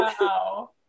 Wow